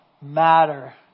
matter